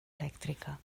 elèctrica